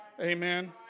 Amen